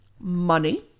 money